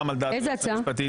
גם על דעת היועצת המשפטית.